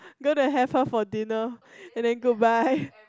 going to have her for dinner and then goodbye